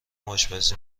آشپزی